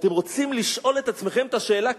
אתם רוצים לשאול את עצמכם את השאלה,